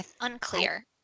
unclear